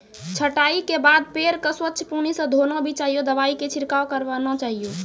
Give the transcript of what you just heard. छंटाई के बाद पेड़ क स्वच्छ पानी स धोना भी चाहियो, दवाई के छिड़काव करवाना चाहियो